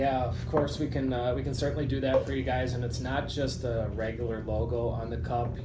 of course we can we can certainly do that for you guys. and it's not just a regular logo on the cup,